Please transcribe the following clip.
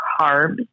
carbs